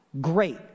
great